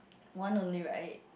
one only right